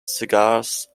cigars